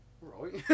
Right